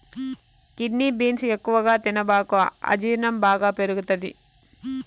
kidney beans ఎక్కువగా తినబాకు అజీర్ణం బాగా పెరుగుతది